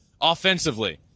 offensively